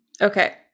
Okay